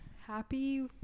Happy